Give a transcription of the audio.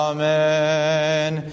Amen